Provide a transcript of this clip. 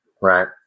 Right